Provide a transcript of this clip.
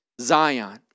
Zion